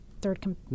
third